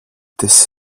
της